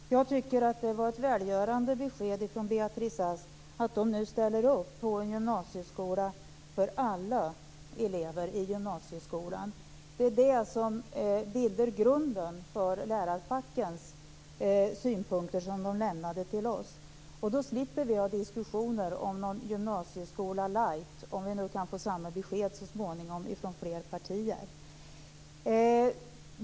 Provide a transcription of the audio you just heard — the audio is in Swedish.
Fru talman! Jag tycker att det var ett välgörande besked från Beatrice Ask att man nu ställer upp på en gymnasieskola för alla elever. Det är det som bildar grunden för lärarfackens synpunkter, som de lämnade till oss. Då slipper vi föra diskussioner om någon gymnasieskola light, om vi så småningom kan få samma besked från fler partier.